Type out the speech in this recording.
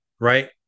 right